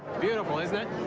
beautiful isn't it?